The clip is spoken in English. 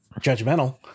judgmental